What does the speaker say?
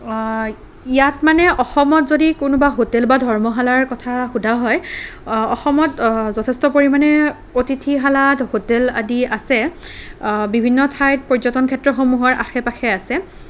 ইয়াত মানে অসমত যদি কোনোবা হোটেল বা ধৰ্মশালাৰ কথা সোধা হয় অসমত যথেষ্ট পৰিমাণে অতিথিশালাত হোটেল আদি আছে বিভিন্ন ঠাইত পৰ্যটন ক্ষেত্ৰসমূহৰ আশে পাশে আছে